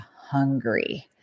hungry